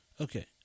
Okay